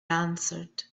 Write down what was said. answered